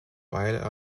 while